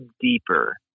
deeper